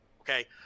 Okay